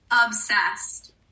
Obsessed